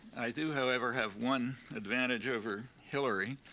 i do, however, have one advantage over hilary.